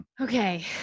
Okay